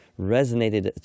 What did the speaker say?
resonated